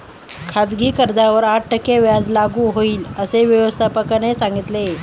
खाजगी कर्जावर आठ टक्के व्याज लागू होईल, असे व्यवस्थापकाने सांगितले